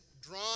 drawn